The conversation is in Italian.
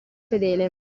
fedele